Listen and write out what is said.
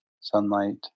sunlight